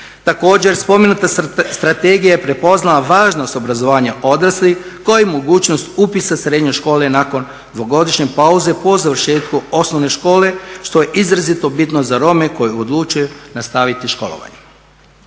Također spomenuta strategija je prepoznala važnost obrazovanja odraslih kao i mogućnost upisa srednje škole nakon dvogodišnje pauze po završetku osnovne škole što je izrazito bitno za Rome koji odlučuju nastaviti školovanje.